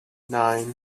nine